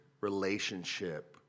relationship